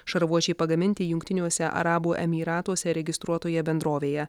šarvuočiai pagaminti jungtiniuose arabų emyratuose registruotoje bendrovėje